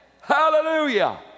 hallelujah